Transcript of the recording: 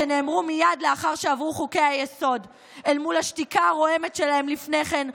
שנאמרו מייד לאחר שעברו חוקי-היסוד אל מול השתיקה הרועמת שלהם לפני כן,